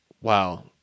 wow